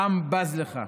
העם בז לך.